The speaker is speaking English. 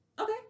Okay